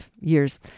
years